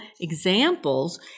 examples